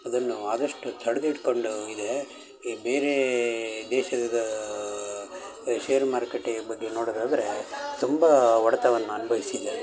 ಅದನ್ನು ಆದಷ್ಟು ತಡ್ದು ಹಿಡ್ಕೊಂಡೂ ಇದೇ ಈ ಬೇರೇ ದೇಶದ ಶೇರು ಮಾರುಕಟ್ಟೆಯ ಬಗ್ಗೆ ನೋಡೊದಾದರೆ ತುಂಬ ಹೊಡೆತವನ್ನ ಅನುಭವ್ಸಿದೆ